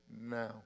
now